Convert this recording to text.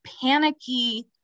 panicky